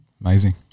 Amazing